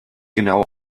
genau